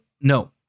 No